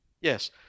Yes